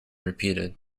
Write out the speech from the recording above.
repeated